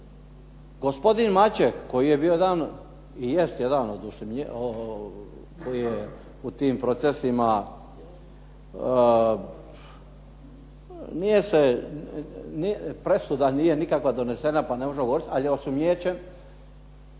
gospodin Maček koji je bio jedan i jest jedan od, koji je u tim procesima, nije se, presuda nije nikakva donesena pa ne možemo govoriti, ali je osumnjičen